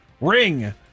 Ring